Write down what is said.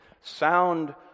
sound